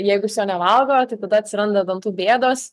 jeigu jis jo nevalgo tai tada atsiranda dantų bėdos